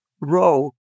row